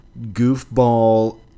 goofball